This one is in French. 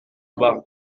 bas